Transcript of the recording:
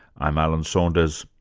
i'm alan saunders,